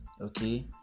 okay